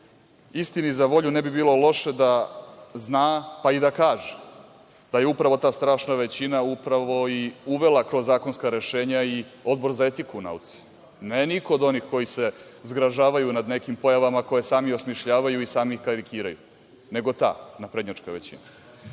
Istini za volju, ne bi bilo loše da zna, pa i da kaže, da je upravo ta strašna većina uvela kroz zakonska rešenja i Odbor za etiku u nauci. Ne niko od onih koji se zgražavaju nad nekim pojavama koji sami osmišljavaju i koji sami ih karikiraju, nego ta naprednjačka većina.